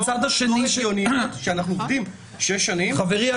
הגיונית שאנחנו עוברים שש שנים -- חברי,